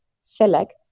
select